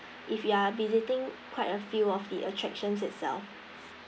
if you are visiting quite a few of the attractions itself